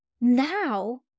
Now